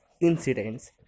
incidents